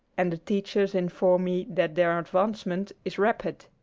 and the teachers inform me that their advancement is rapid.